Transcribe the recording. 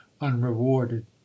unrewarded